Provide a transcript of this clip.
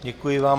Děkuji vám.